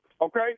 okay